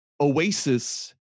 Oasis